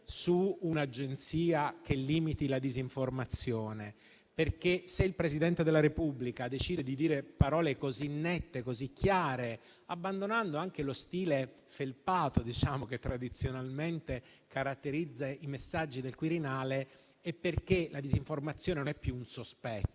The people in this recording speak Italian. su un'Agenzia che limiti la disinformazione. Infatti, se il Presidente della Repubblica decide di dire parole così nette, così chiare, abbandonando anche lo stile felpato che tradizionalmente caratterizza i messaggi del Quirinale, è perché la disinformazione non è più un sospetto: